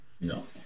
no